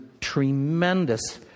tremendous